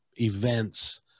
events